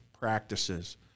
practices